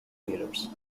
theatres